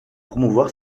promouvoir